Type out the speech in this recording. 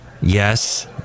Yes